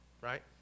Right